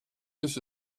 this